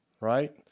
right